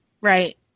Right